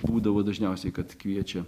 būdavo dažniausiai kad kviečia